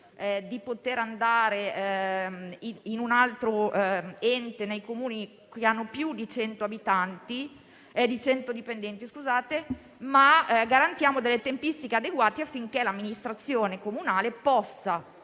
di poter andare in un altro ente nei Comuni con più di 100 dipendenti. Allo stesso tempo, garantiamo delle tempistiche adeguate affinché l'amministrazione comunale possa